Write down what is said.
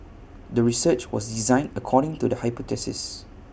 the research was designed according to the hypothesis